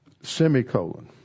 Semicolon